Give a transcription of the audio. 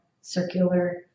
circular